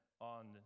on